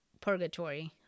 purgatory